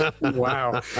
Wow